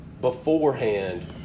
beforehand